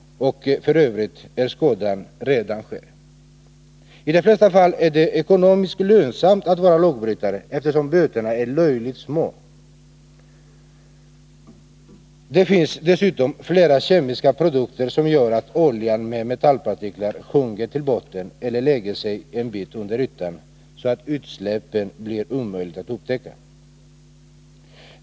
F. ö. är skadan då redan skedd. I de flesta fall är det ekonomiskt lönsamt att vara lagbrytare, eftersom böterna är löjligt små. Det finns dessutom flera kemiska produkter som gör att olja med metallpartiklar sjunker till botten eller lägger sig en bit under ytan, så att utsläppet blir omöjligt att upptäcka.